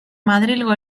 madrilgo